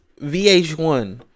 VH1